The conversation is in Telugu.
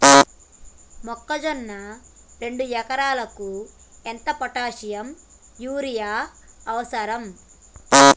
మొక్కజొన్న రెండు ఎకరాలకు ఎంత పొటాషియం యూరియా అవసరం?